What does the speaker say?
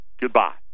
Goodbye